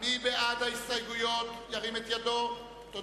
ירים את ידו.